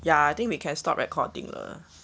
ya I think we can stop recording 了